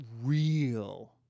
real